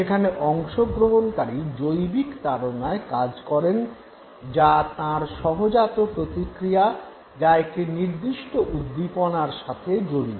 সেখানে অংশগ্রহণকারী জৈবিক তাড়নায় কাজ করেন যা তাঁর সহজাত প্রতিক্রিয়া যা একটি নির্দিষ্ট উদ্দীপনার সাথে জড়িত